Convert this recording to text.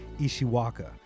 Ishiwaka